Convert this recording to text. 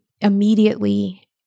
immediately